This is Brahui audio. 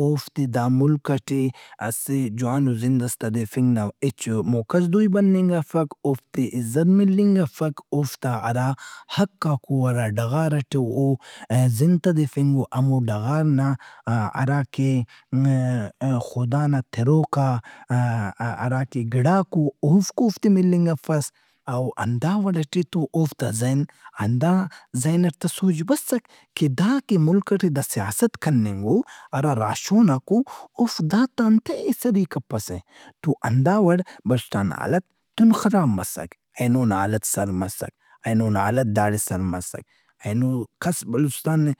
اوفتے دا ملک ئٹے اسہ جوانو زندئس تدیفنگ نا ہچو موقعس دُوئی بننگ افک، اوفتے عزت ملنگ افک، اوفتا ہراحقاک او، اوفتا ہرا ڈغار ئٹ او زند تدیفنگ اوہمو ڈغار نا ہراکہ خدانا تِروکا ہراکہ گِڑاک او، اوفک اوفتے ملنگ افس او ہندا وڑئٹے تو اوفا زہن ہندا ذہن ئٹے تا سوچ بسک کہ دا کہ ملک ئٹے سیاست کننگ اوہرا راہشوناک او۔ اوفک داتا انتئے ایسری ئے کپسہ۔ تو ہندا وڑ بلوچستان نا حالت دہن خراب مسک۔ اینو نا حالت سر مسک۔ اینو نا حالت داڑے سر مسک۔ اینو کس بلوچستان ئے،